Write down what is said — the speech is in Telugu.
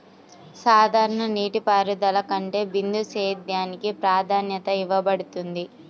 సాధారణ నీటిపారుదల కంటే బిందు సేద్యానికి ప్రాధాన్యత ఇవ్వబడుతుంది